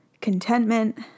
Contentment